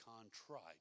contrite